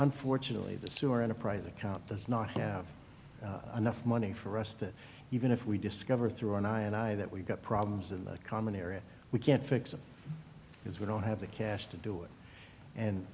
unfortunately the sewer enterprise account does not have enough money for us that even if we discover through an i and i that we've got problems in the common area we can't fix it because we don't have the cash to do it and